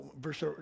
Verse